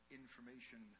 information